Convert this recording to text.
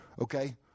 okay